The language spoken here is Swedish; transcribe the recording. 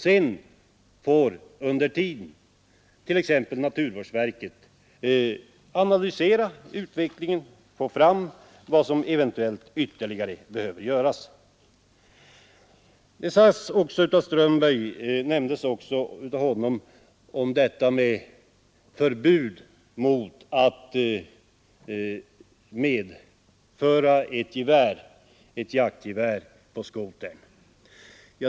Sedan får t.ex. naturvårdsverket analysera utvecklingen och eventuellt föreslå ytterligare åtgärder. Herr Strömberg tog också upp det förslag som framförts i motioner om förbud mot att medföra jaktgevär på skotern.